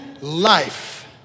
life